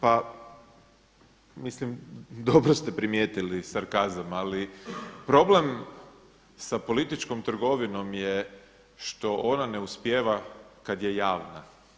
Pa mislim, dobro ste primijetili sarkazam ali problem sa političkom trgovinom je što ona ne uspijeva kada je javna.